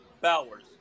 Bowers